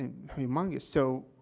and humongous. so,